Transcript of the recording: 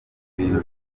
bintu